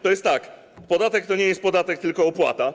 To jest tak: Podatek to nie jest podatek, tylko opłata.